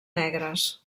negres